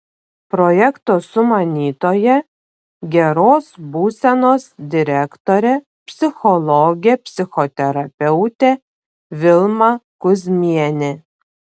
projekto sumanytoja geros būsenos direktorė psichologė psichoterapeutė vilma kuzmienė